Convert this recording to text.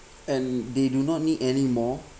and they do not need any more